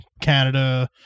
Canada